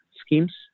schemes